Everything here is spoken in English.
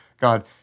God